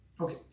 Okay